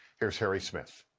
here's harry smith.